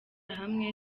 hamwe